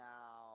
Now